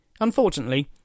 Unfortunately